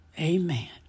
amen